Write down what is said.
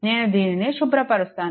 నేను దీనిని శుభ్రపరుస్తాను